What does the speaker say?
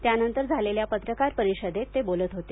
त्यानंतर झालेल्या पत्रकार परीषदेत ते बोलत होते